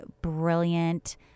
brilliant